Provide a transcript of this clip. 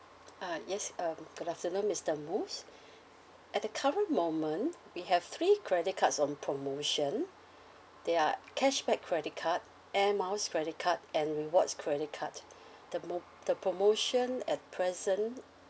uh yes um good afternoon mister mosse at the current moment we have three credit cards on promotion they are cashback credit card air miles credit card and rewards credit cards the mo~ the promotion at present